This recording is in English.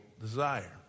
desire